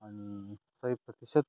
अनि सय प्रतिशत